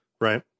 Right